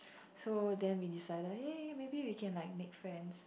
so then we decided hey maybe we can like make friends